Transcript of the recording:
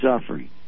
suffering